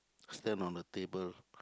stand on the table